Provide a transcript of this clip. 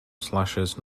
slashes